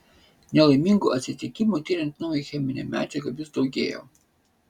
nelaimingų atsitikimų tiriant naują cheminę medžiagą vis daugėjo